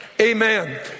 Amen